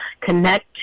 connect